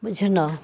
बुझना